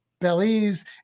Belize